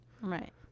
Right